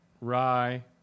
Rye